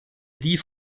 die